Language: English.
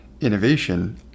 innovation